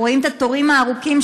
אנחנו רואים את התורים הארוכים,